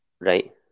Right